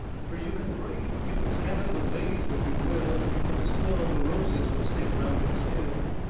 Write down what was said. fur you can break, you can scatter the vase if you will, but the smell of the roses will stick round it still.